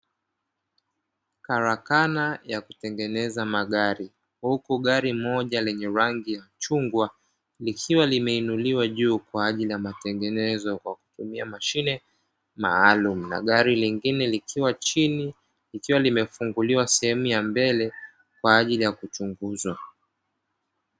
Karakana ya kutengeneza magari huku gari moja lenye rangi ya chungwa likiwa limeinuliwa juu kwa ajili ya matengenezo kwa kutumia mashine maalumu, na gari lingine likiwa chini likiwa limefunguliwa sehemu ya mbele kwa ajili ya kuchunguzwa.